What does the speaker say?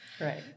Right